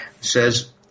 says